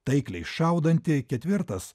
taikliai šaudantį ketvirtas